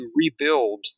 rebuild